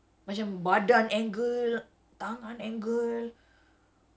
macam my brain cannot